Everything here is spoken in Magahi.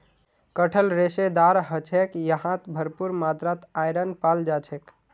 कटहल रेशेदार ह छेक यहात भरपूर मात्रात आयरन पाल जा छेक